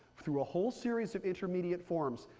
through a whole series of intermediate forms,